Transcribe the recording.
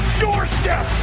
doorstep